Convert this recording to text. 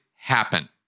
happen